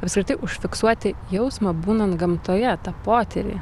apskritai užfiksuoti jausmą būnant gamtoje tą potyrį